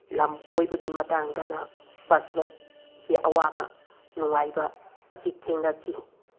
ꯂꯝ ꯀꯣꯏꯕꯒꯤ ꯃꯇꯥꯡꯗꯅ ꯕꯁ ꯑꯋꯥꯕ ꯅꯨꯡꯉꯥꯏꯕ ꯑꯁꯤ ꯊꯦꯡꯅꯈꯤ